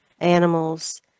Animals